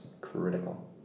critical